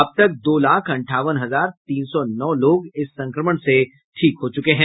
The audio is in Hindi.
अब तक दो लाख अंठावन हजार तीन सौ नौ लोग इस संक्रमण से ठीक हो चुके हैं